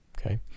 okay